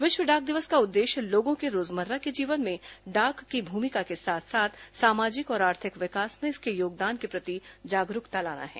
विश्व डाक दिवस का उद्देश्य लोगों के रोजमर्रा के जीवन में डाक की भूमिका के साथ साथ सामाजिक और आर्थिक विकास में इसके योगदान के प्रति जागरूकता लाना है